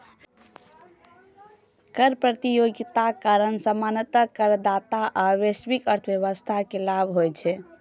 कर प्रतियोगिताक कारण सामान्यतः करदाता आ वैश्विक अर्थव्यवस्था कें लाभ होइ छै